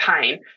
pain